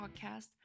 podcast